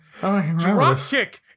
Dropkick